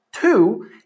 Two